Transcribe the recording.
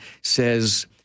says